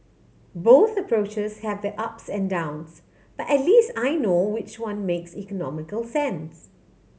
both approaches have their ups and downs but at least I know which one makes economical sense